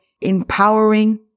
empowering